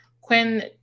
Quinn